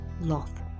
Loth